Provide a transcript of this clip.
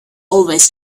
always